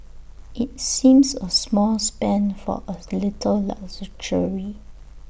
IT seems A small spend for A little luxury